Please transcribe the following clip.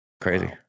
crazy